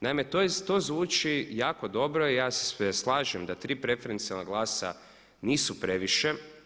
Naime, to zvuči jako dobro i ja se slažem da tri preferencijalna glasa nisu previše.